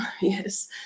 Yes